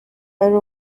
ari